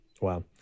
Wow